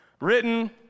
Written